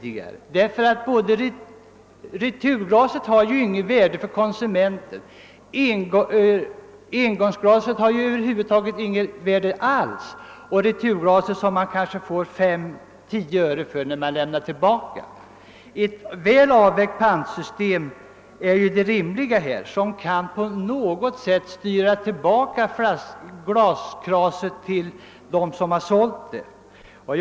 ieturglasen har ju inte stort värde för konsumenten — man får 5—10 öre per glas när man lämnar tillbaka dem — och engångsglasen har över huvud taget inget värde. Eit välavvägt pantsystem som kan styra tillbaka giasen till dem som har sålt dem är det enda rimliga.